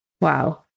Wow